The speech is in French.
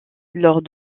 lors